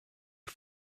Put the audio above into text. are